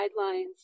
guidelines